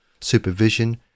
supervision